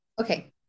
Okay